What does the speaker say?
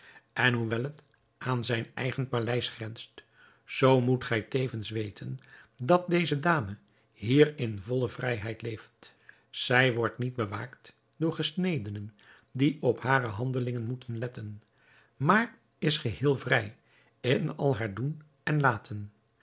en hoewel het aan zijn eigen paleis grenst zoo moet gij tevens weten dat deze dame hier in volle vrijheid leeft zij wordt niet bewaakt door gesnedenen die op hare handelingen moeten letten maar is geheel vrij in al haar doen en laten